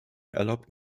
erlaubt